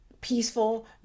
peaceful